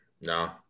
No